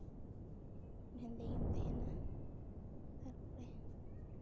ᱦᱮᱸᱫᱮ ᱜᱮᱢ ᱛᱮᱦᱮᱱᱟ ᱛᱟᱨᱯᱚᱨᱮ